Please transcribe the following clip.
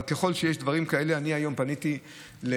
ככל שיש דברים כאלה, אני היום פניתי למנהלת